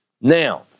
Now